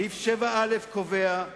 סעיף 7א קובע,